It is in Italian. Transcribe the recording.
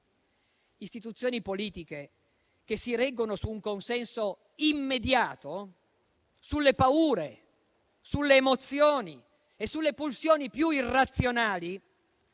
Istituzioni politiche che si reggono su un consenso immediato, sulle paure, sulle emozioni e sulle pulsioni più irrazionali,